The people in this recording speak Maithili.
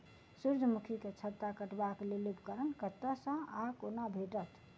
सूर्यमुखी केँ छत्ता काटबाक लेल उपकरण कतह सऽ आ कोना भेटत?